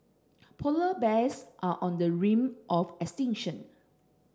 polar bears are on the ring of extinction